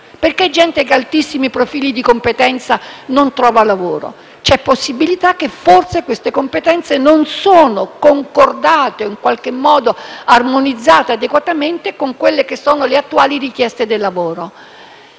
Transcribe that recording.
Perché persone con altissimi profili di competenza non trova lavoro? C'è la possibilità che forse queste competenze non siano concordate o in qualche modo armonizzate adeguatamente con le attuali richieste del mondo